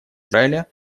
израиля